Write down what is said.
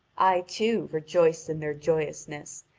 i, too, rejoiced in their joyousness,